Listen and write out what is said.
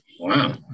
Wow